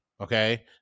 Okay